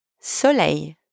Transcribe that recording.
soleil